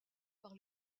par